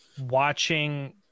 watching